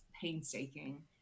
painstaking